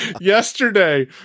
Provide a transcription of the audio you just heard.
Yesterday